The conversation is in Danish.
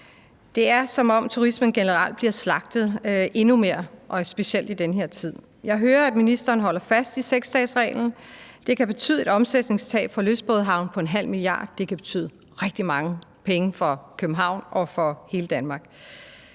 Det er, som om turismen generelt bliver slagtet endnu mere og specielt i den her tid. Jeg hører, at ministeren holder fast i 6-dagesreglen. Det kan betyde et omsætningstab for lystbådehavne på 0,5 mia. kr., og det kan betyde tab af rigtig mange penge for København og for hele Danmark.